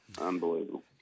Unbelievable